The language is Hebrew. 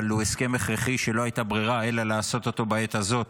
אבל הוא הסכם הכרחי שלא הייתה ברירה אלא לעשות אותו בעת הזאת.